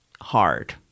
hard